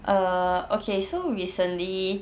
err okay so recently